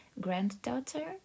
granddaughter